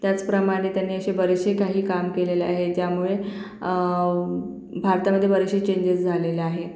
त्याचप्रमाणे त्यांनी असे बरेचसे काही काम केलेले आहे ज्यामुळे भारतामध्ये बरेचसे चेंजेस झालेले आहे